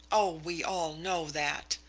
oh, we all know that!